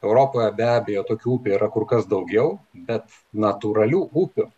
europoje be abejo tokių upių yra kur kas daugiau bet natūralių upių